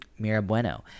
Mirabueno